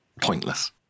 Pointless